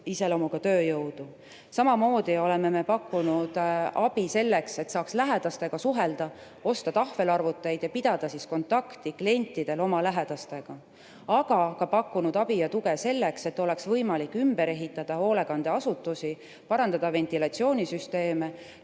iseloomuga tööjõudu. Samamoodi oleme me pakkunud abi selleks, et saaks lähedastega suhelda, osta tahvelarvuteid ja klientidel oma lähedastega pidada kontakti. Aga oleme ka pakkunud abi ja tuge selleks, et oleks võimalik ümber ehitada hoolekandeasutusi, parandada ventilatsioonisüsteeme,